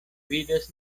vidas